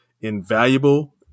invaluable